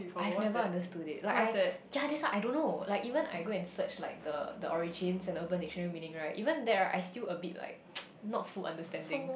I have never understood it like I yeah that's why I don't know like even I go and search like the the origins in Urban dictionary meaning right even that right I still a bit like not full understanding